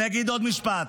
אני אגיד עוד משפט.